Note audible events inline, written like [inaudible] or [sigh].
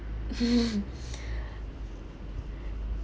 [laughs]